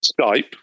Skype